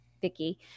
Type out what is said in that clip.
Vicky